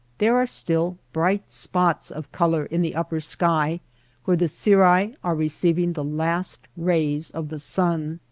there are still bright spots of color in the upper sky where the cirri are receiving the last rays of the sun.